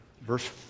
verse